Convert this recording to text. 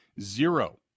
Zero